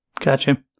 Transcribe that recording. Gotcha